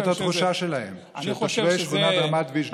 זאת התחושה שלהם, של תושבי שכונת רמת ויז'ניץ.